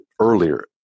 earlier